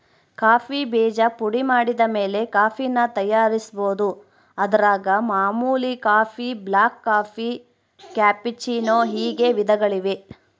coffee ಬೀಜ ಪುಡಿಮಾಡಿದಮೇಲೆ ಕಾಫಿನ ತಯಾರಿಸ್ಬೋದು, ಅದರಾಗ ಮಾಮೂಲಿ ಕಾಫಿ, ಬ್ಲಾಕ್ಕಾಫಿ, ಕ್ಯಾಪೆಚ್ಚಿನೋ ಹೀಗೆ ವಿಧಗಳಿವೆ